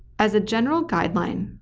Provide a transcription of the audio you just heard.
as a general guideline,